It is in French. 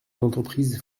d’entreprises